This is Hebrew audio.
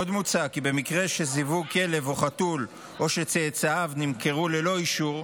עוד מוצע כי במקרה שזווג כלב או חתול או שצאצאיו נמכרו ללא אישור,